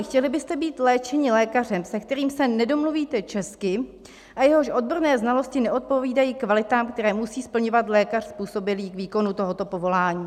Chtěli byste být léčeni lékařem, se kterým se nedomluvíte česky a jehož odborné znalosti neodpovídají kvalitám, které musí splňovat lékař způsobilý k výkonu tohoto povolání?